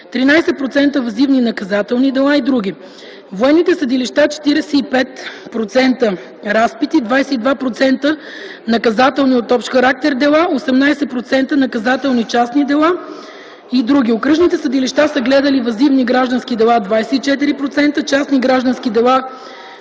13% - въззивни наказателни дела и др. Военните съдилища: 45% - разпити, 22% - наказателни общ характер дела, 18% - наказателни частни дела и др. Окръжните съдилища са гледали въззивни граждански дела – 24%, частни граждански дела